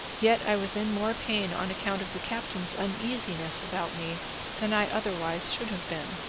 yet i was in more pain on account of the captain's uneasiness about me than i otherwise should have been.